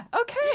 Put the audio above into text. okay